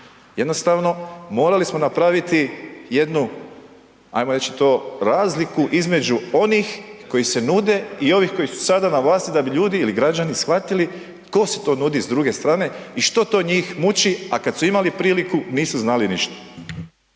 jednostavno morali smo napraviti jednu, ajmo reći to, razliku između onih koji se nude i ovih koji su sada na vlasti da bi ljudi ili građani shvatili tko se to nudi s druge strane i što to njih muči, a kad su imali priliku nisu znali ništa.